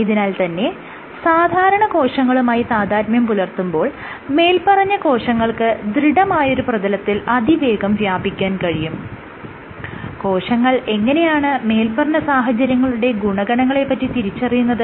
ആയതിനാൽ തന്നെ സാധാരണ കോശങ്ങളുമായി താദാത്മ്യം പുലർത്തുമ്പോൾ മേല്പറഞ്ഞ കോശങ്ങൾക്ക് ദൃഢമായ ഒരു പ്രതലത്തിൽ അതിവേഗം വ്യാപിക്കാൻ കഴിയും കോശങ്ങൾ എങ്ങനെയാണ് മേല്പറഞ്ഞ സാഹചര്യങ്ങളുടെ ഗുണഗണങ്ങളെ പറ്റി തിരിച്ചറിയുന്നത്